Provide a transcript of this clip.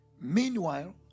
Meanwhile